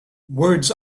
words